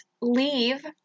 leave